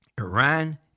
Iran